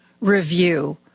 review